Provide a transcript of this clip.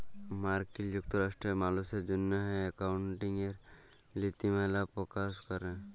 মার্কিল যুক্তরাষ্ট্রে মালুসের জ্যনহে একাউল্টিংয়ের লিতিমালা পকাশ ক্যরে